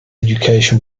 education